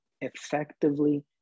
effectively